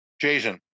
Jason